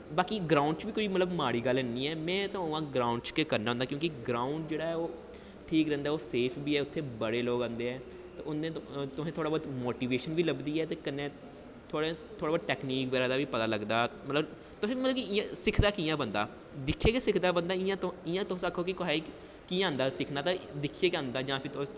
बाकी ग्राउंड़ च बी कोई माड़ी गल्ल नेईं ऐ में ते उ'आं ग्राउंड़ च गै करना होंदा क्योंकि ग्राउंड़ जेह्ड़ा ऐ ओह् ठीक रौंह्दा ओह् सेफ बी ऐ उत्थें बड़े लोग आंदे ऐं तुसें थोह्ड़ी बौह्ती मोटिवेशन बी लब्भदी ऐ ते कन्नै थोह्ड़ा टैक्नीक बगैरा दा बी पता लगदा मतलब तुसें मतलब कि सिखदा कि'यां ऐ बंदा दिक्खियै गै सिखदा बंदा इ'यां तुस आक्खो केह् कुसै गी कि'यां आंदा सिक्खना तां दिक्खियै गै आंदा जां फ्ही तुस